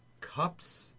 cups